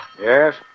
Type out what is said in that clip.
Yes